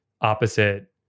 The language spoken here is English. opposite